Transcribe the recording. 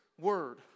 word